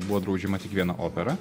buvo draudžiama tik viena opera